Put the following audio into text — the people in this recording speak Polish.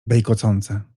beikocące